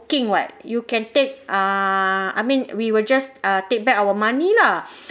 [what] you can take ah I mean we will just uh take back our money lah